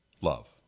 love